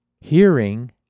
Hearing